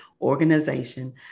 organization